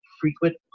frequent